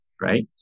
right